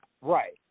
Right